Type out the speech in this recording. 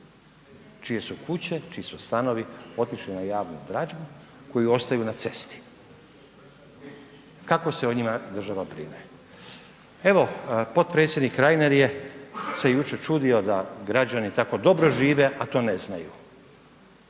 čije su kuće, čiji su stanovi otišli na javnoj dražbi koji ostaju na cesti. Kako se o njima država brine? Evo potpredsjednik Reiner se jučer čudio da građani tako dobro žive, a to ne znaju,